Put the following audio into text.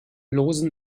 losen